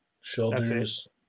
shoulders